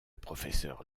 professeur